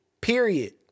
period